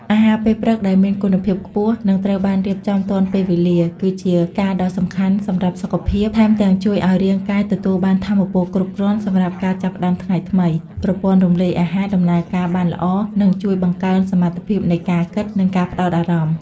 អាហារពេលព្រឹកដែលមាន គុណភាពខ្ពស់ និងត្រូវបានរៀបចំទាន់ពេលវេលា គឺជាការដ៏សំខាន់សម្រាប់សុខភាព ថែមទាំងជួយឲ្យរាងកាយទទួលបានថាមពលគ្រប់គ្រាន់សម្រាប់ការចាប់ផ្ដើមថ្ងៃថ្មី ប្រព័ន្ធរំលាយអាហារដំណើរការបានល្អ និងជួយបង្កើនសមត្ថភាពនៃការគិត និងការផ្ដោតអារម្មណ៍។